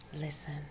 Listen